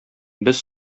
без